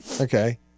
Okay